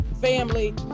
family